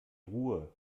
ruhe